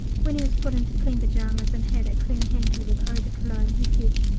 when he was put into clean pyjamas, and had a clean hanky with eau-de-cologne, he said,